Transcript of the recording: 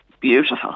beautiful